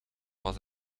was